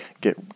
get